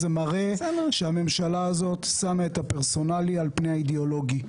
זה מראה שהממשלה הזאת שמה את הפרסונלי על פני האידאולוגי,